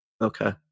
Okay